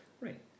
right